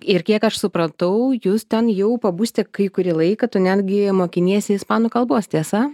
ir kiek aš supratau jūs ten jau pabūsite kai kurį laiką tu netgi mokiniesi ispanų kalbos tiesa